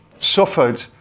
suffered